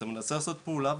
אתה מנסה לעשות פעולה,